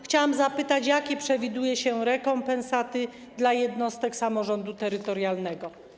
Chciałam zapytać, jakie przewiduje się rekompensaty dla jednostek samorządu terytorialnego.